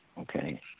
okay